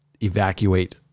evacuate